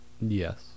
Yes